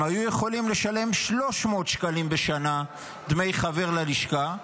הם היו יכולים לשלם 300 שקלים בשנה דמי חבר ללשכה,